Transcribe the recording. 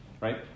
right